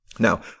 Now